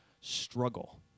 struggle